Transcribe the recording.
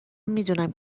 میدونم